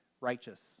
righteous